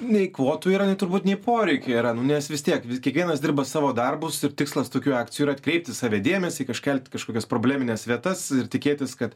nei kvotų yra turbūt nei poreikio yra nes vis tiek vis kiekvienas dirba savo darbus ir tikslas tokių akcijų yra atkreipti į save dėmesį kažką kažkokias problemines vietas ir tikėtis kad